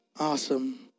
Awesome